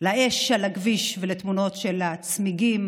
לאש על הכביש, תמונות של הצמיגים